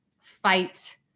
fight